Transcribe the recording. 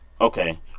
okay